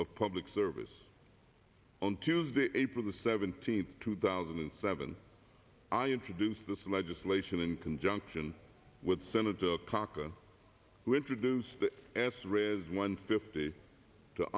of public service on tuesday april seventeenth two thousand and seven i introduced this legislation in conjunction with senator cochran who introduced it as rare as one fifty to